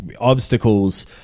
obstacles